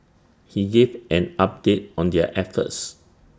he gave an update on their efforts